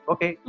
Okay